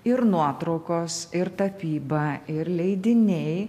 ir nuotraukos ir tapyba ir leidiniai